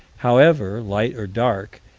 however, light or dark,